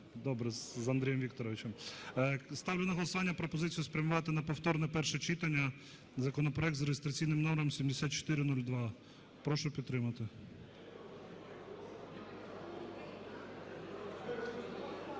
добре, з Андрієм Вікторовичем. Ставлю на голосування пропозицію спрямувати на повторне перше читання законопроект за реєстраційним номером 7402. Прошу підтримати.